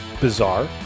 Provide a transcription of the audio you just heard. bizarre